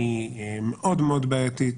היא מאוד מאוד בעייתית,